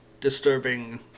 disturbing